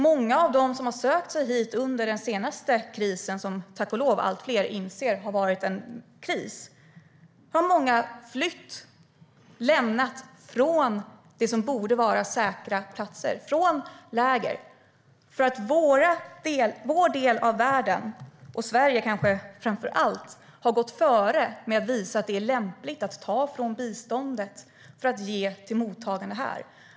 Många av dem som har sökt sig hit under den senaste krisen - vilket tack och lov allt fler har insett att det verkligen är fråga om - har lämnat det som borde vara säkra platser, läger, för att vår del av världen och kanske framför allt Sverige har gått före och visat att det är lämpligt att ta från biståndet för att ge till mottagandet här.